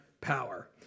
power